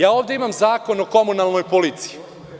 Ja ovde imam Zakon o komunalnoj policiji.